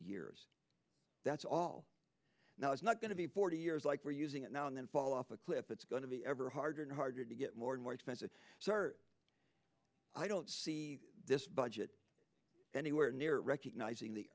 years that's all now it's not going to be forty years like we're using it now and then fall off a cliff it's going to be ever harder and harder to get more and more expensive so i don't see this budget anywhere near recognizing the